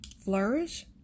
flourish